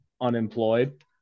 unemployed